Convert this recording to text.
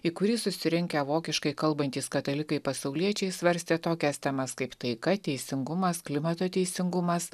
į kurį susirinkę vokiškai kalbantys katalikai pasauliečiai svarstė tokias temas kaip taika teisingumas klimato teisingumas